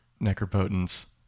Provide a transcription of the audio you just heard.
Necropotence